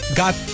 got